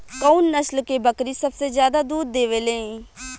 कउन नस्ल के बकरी सबसे ज्यादा दूध देवे लें?